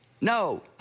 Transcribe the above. No